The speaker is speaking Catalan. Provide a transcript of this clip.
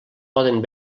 poden